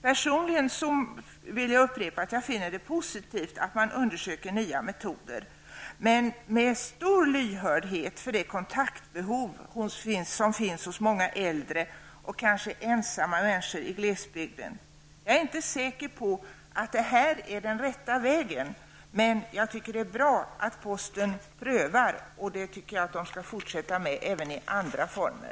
Personligen vill jag upprepa att jag finner det positivt att man undersöker nya metoder, men det måste ske med stor lyhördhet för det kontaktbehov som finns hos många äldre och kanske ensamma människor i glesbygden. Jag är inte säker på att det här är den rätta vägen. Men jag tycker att det är bra att posten prövar. Det tycker jag att man skall fortsätta med även i andra former.